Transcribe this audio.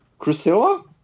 Crucilla